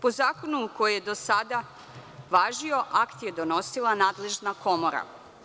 Po zakonu koji je do sada važio akt je donosila nadležna komora.